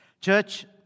Church